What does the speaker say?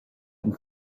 and